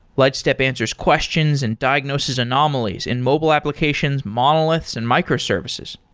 lightstep answers questions and diagnosis anomalies in mobile applications, monoliths and microservices.